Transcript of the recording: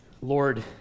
Lord